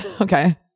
Okay